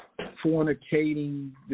fornicating